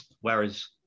whereas